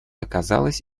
оказалась